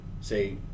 say